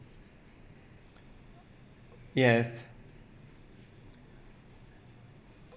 yes